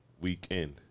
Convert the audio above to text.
weekend